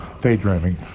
daydreaming